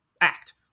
act